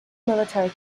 military